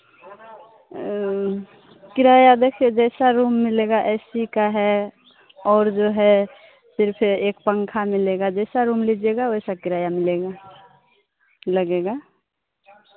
किराया देखिए जैसा रूम मिलेगा ए सी का है और जो है सिर्फ एक पंखा मिलेगा जैसा रूम लीजिएगा वैसा किराया मिलेगा लगेगा